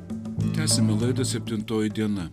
tęsiame laidą septintoji diena